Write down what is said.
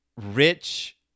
rich